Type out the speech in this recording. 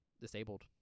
disabled